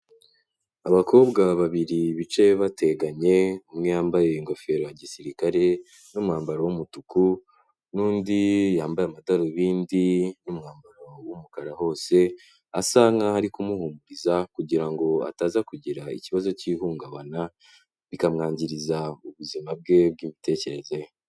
Abakobwa babiri bicaye bateganye, umwe yambaye ingofero ya gisirikare, n'umwambaro w'umutuku, n'undi yambaye amadarubindi, n'umwambaro w'umukara hose, asa nkaho ari kumuhumuriza kugira ngo ataza kugira ikibazo cy'ihungabana, bikamwangiriza ubuzima bwe bw'imitekerereze ye.